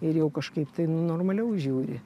ir jau kažkaip tai nu normaliau žiūri